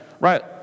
Right